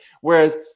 Whereas